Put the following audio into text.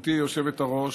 גברתי היושבת-ראש.